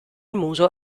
muso